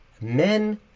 Men